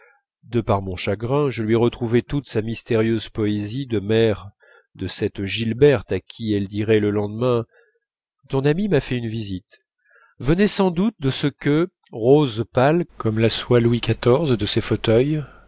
de par mon chagrin retrouvé toute sa mystérieuse poésie de mère de cette gilberte à qui elle dirait le lendemain ton ami m'a fait une visite venait sans doute de ce que rose pâle comme la soie louis xiv de ses fauteuils